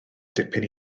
dipyn